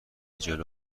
جلو